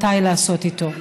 מתי לעשות איתו.